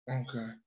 Okay